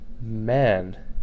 man